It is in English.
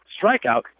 Strikeout